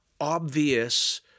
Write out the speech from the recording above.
obvious